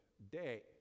day